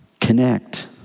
Connect